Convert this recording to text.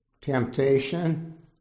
temptation